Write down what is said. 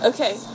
Okay